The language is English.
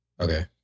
Okay